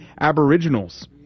aboriginals